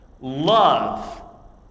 Love